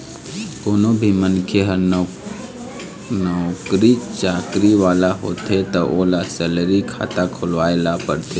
कोनो भी मनखे ह नउकरी चाकरी वाला होथे त ओला सेलरी खाता खोलवाए ल परथे